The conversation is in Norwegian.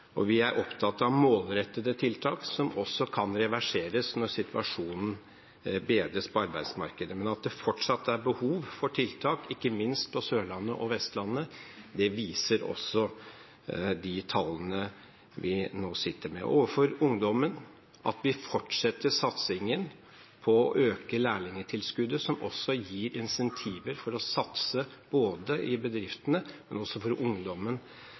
og vi er opptatt av målrettede tiltak som også kan reverseres når situasjonen bedres på arbeidsmarkedet. Men at det fortsatt er behov for tiltak, ikke minst på Sørlandet og Vestlandet, viser også de tallene vi nå sitter med. Overfor ungdommen må vi fortsette satsingen på økt lærlingtilskudd, som også gir incentiver for å satse i bedriftene, og ungdommen fortjener en slik innsats fra vår side for